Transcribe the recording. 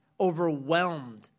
overwhelmed